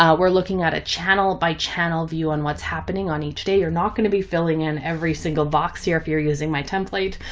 ah we're looking at a channel by channel view on what's happening on each day, you're not going to be filling in every single box here. if you're using my template.